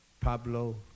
Pablo